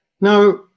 Now